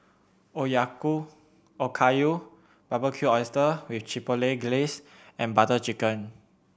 Okayu Barbecued Oysters with Chipotle Glaze and Butter Chicken